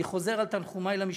אני חוזר על תנחומי למשפחות,